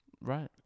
right